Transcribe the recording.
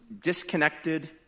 disconnected